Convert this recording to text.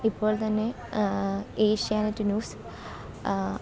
ഇപ്പോൾ തന്നെ ഏഷ്യാനെറ്റ് ന്യൂസ്